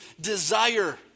desire